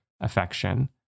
affection